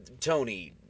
Tony